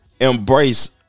embrace